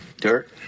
Dirt